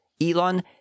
Elon